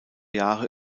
jahre